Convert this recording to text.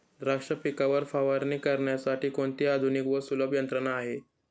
द्राक्ष पिकावर फवारणी करण्यासाठी कोणती आधुनिक व सुलभ यंत्रणा आहे?